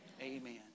Amen